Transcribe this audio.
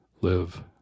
live